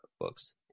books